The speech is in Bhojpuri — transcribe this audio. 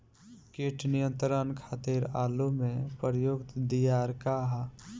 कीट नियंत्रण खातिर आलू में प्रयुक्त दियार का ह?